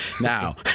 Now